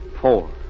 four